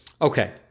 Okay